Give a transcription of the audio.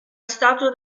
stato